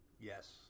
yes